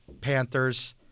Panthers